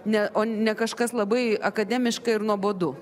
ne o ne kažkas labai akademiška ir nuobodu